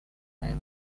made